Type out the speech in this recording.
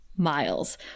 miles